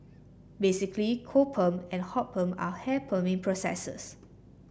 basically cold perm and hot perm are hair perming processes